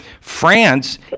France